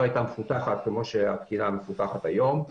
הייתה מפותחת כמו שהתקינה מפותחת היום.